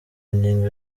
ngingo